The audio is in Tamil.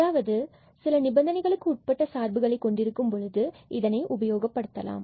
அதாவது சில நிபந்தனைகளுக்கு உட்பட்ட சார்புகளை கொண்டிருக்கும் போது இதை உபயோகப்படுத்தலாம்